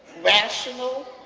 rational,